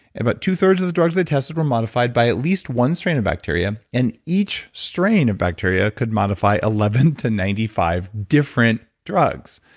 about two-thirds of the drugs they tested were modified by at least one strain of bacteria and each strain of bacteria could modify eleven to ninety five different drugs.